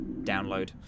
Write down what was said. download